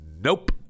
Nope